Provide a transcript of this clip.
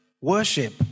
worship